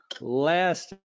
last